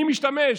אני משתמש?